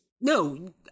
no